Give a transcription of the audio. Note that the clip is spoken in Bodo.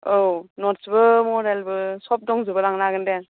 औ नटसबो मडेलबो सब दंजोबो लांनो हागोन दे